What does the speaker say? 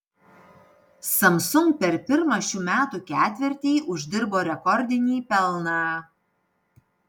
samsung per pirmą šių metų ketvirtį uždirbo rekordinį pelną